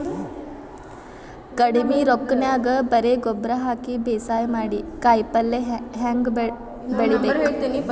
ಕಡಿಮಿ ರೊಕ್ಕನ್ಯಾಗ ಬರೇ ಗೊಬ್ಬರ ಹಾಕಿ ಬೇಸಾಯ ಮಾಡಿ, ಕಾಯಿಪಲ್ಯ ಹ್ಯಾಂಗ್ ಬೆಳಿಬೇಕ್?